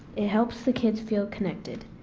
it helps the kids feel connected.